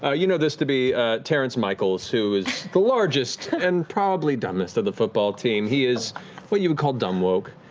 ah you know this to be a terrence michaels, who is the largest and probably dumbest of the football team. he is what you would call dumb woke.